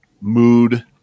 mood